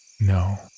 No